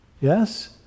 yes